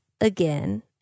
again